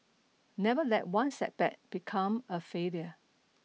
never let one setback become a failure